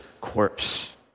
corpse